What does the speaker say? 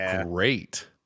great